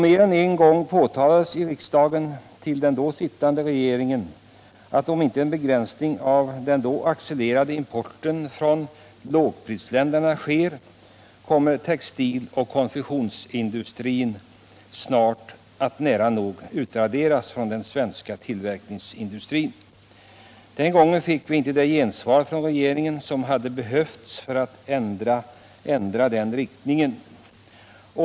Mer än en gång påtalade riksdagen för den då sittande regeringen att om inte en begränsning av den accelererande importen från lågprisländerna infördes, så skulle textiloch konfektionsindustrin snart komma att nära nog utraderas. Den gången fick vi inte det gensvar från regeringen som hade behövts för att ändra utvecklingen.